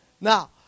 Now